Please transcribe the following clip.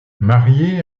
marié